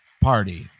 Party